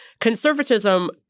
Conservatism